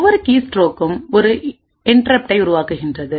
ஒவ்வொரு கீஸ்ட்ரோக்கும் ஒரு இன்டரப்டைஉருவாக்குகின்றது